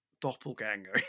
doppelganger